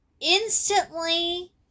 instantly